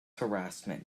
harassment